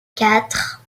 quatre